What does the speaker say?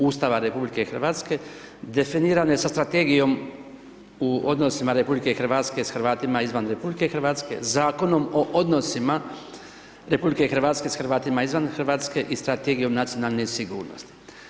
Ustava RH, definirana sa strategijom u odnosima RH sa Hrvatima izvan RH, zakonom o odnosima RH s Hrvatima izvan Hrvatske i strategijom nacionalnom sigurnosti.